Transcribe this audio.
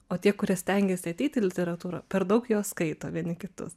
o tie kurie stengiasi ateit į literatūrą per daug juos skaito vieni kitus